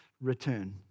return